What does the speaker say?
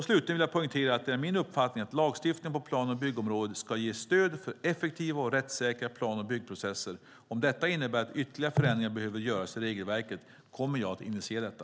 Slutligen vill jag poängtera att det är min uppfattning att lagstiftningen på plan och byggområdet ska ge stöd för effektiva och rättssäkra plan och byggprocesser. Om detta innebär att ytterligare förändringar behöver göras i regelverket kommer jag att initiera detta.